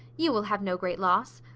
you will have no great loss.